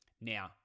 Now